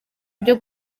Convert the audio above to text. byo